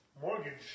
mortgage